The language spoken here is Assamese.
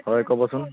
হয় ক'বচোন